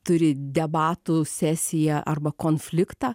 turi debatų sesiją arba konfliktą